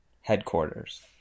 Headquarters